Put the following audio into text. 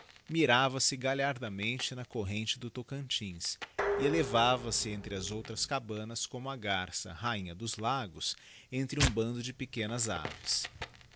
urucú mirava se galhardamente na corrente do tocantins e elevava-se entre as outras cabanas como a garça rainha dos lagos entre um bando de pequenas aves